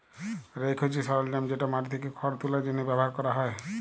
rake হছে সরলজাম যেট মাটি থ্যাকে খড় তুলার জ্যনহে ব্যাভার ক্যরা হ্যয়